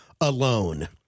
alone